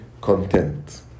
content